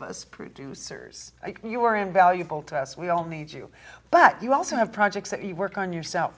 us producers you are invaluable to us we all need you but you also have projects that you work on yourself